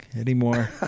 anymore